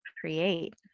create